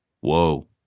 Whoa